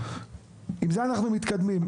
עם זה אנחנו מתקדמים,